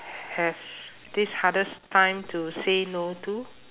have this hardest time to say no to